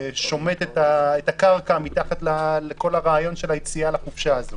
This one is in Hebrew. שומט את הקרקע מתחת לכל הרעיון של היציאה לחופשה.